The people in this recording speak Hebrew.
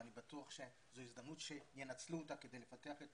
ואני בטוח שזו הזדמנות שינצלו אותה כדי לפתח את